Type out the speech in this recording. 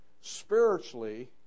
spiritually